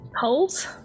holes